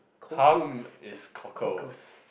hum is cockles